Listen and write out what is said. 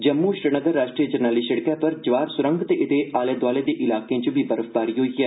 जम्मू श्रीनगर राश्ट्री जरनैली सिड़कै पर जवाहर सुरंग त एह्द आलध्दोआल द इलाक च बी बर्फबारी होई ऐ